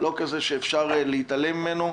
לא כזה שאפשר להתעלם ממנו.